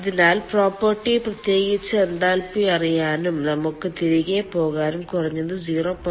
അതിനാൽ പ്രോപ്പർട്ടി പ്രത്യേകിച്ച് എന്താൽപ്പി അറിയാനും നമുക്ക് തിരികെ പോകാനും കുറഞ്ഞത് 0